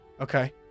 okay